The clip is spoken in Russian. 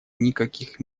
никаких